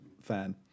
fan